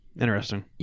Interesting